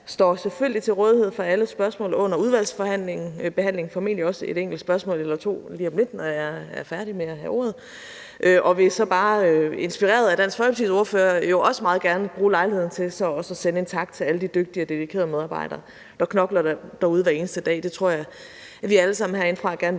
Jeg står selvfølgelig til rådighed for alle spørgsmål under udvalgsbehandlingen, formentlig også et enkelt spørgsmål eller to lige om lidt, når jeg er færdig med at have ordet. Og jeg vil så bare inspireret af Dansk Folkepartis ordfører meget gerne bruge lejligheden til at sende en tak til alle de dygtige og dedikerede medarbejdere, der knokler derude hver eneste dag. Det tror jeg at vi alle sammen herinde gerne vil,